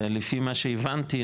לפי מה שהבנתי,